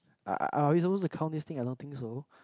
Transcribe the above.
are are are we suppose to count this thing I don't think so